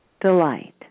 delight